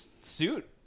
suit